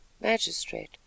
Magistrate